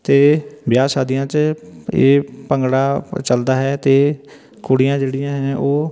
ਅਤੇ ਵਿਆਹ ਸ਼ਾਦੀਆਂ 'ਚ ਇਹ ਭੰਗੜਾ ਚਲਦਾ ਹੈ ਅਤੇ ਕੁੜੀਆਂ ਜਿਹੜੀਆਂ ਹੈ ਉਹ